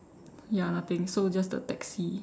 ya nothing so just the taxi